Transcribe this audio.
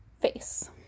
face